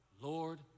Lord